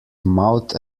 mouth